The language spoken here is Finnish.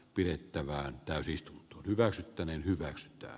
yhtä vähän tai siis hyväksyttäneen hyväks p